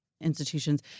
institutions